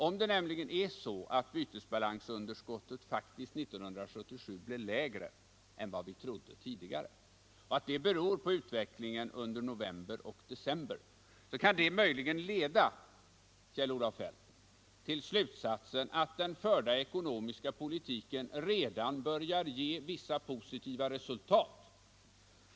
Om det nämligen är så, att bytesbalansunderskottet 1977 faktiskt blivit lägre än vad vi trodde tidigare och att det beror på utvecklingen under november och december, så kan det möjligen leda till slutsatsen, Kjell-Olof Feldt, att den förda ekonomiska politiken redan börjar ge vissa positiva resultat.